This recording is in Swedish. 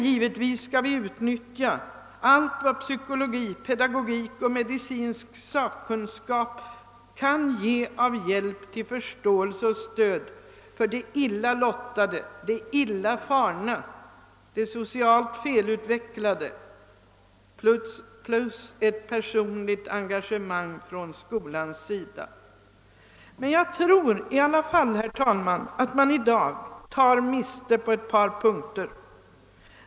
Givetvis skall vi utnyttja allt vad psykologi, pedagogik och medicinsk sakkunskap kan ge av hjälp till förståelse och stöd för de illa lottade, de illa farna, de socialt felutvecklade, plus ett personligt engagemang från skolans sida. Men jag tror i alla fall, herr talman, att man i dag tar miste på ett par punkter.